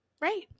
Right